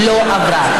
לא עברה.